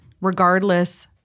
regardless